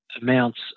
amounts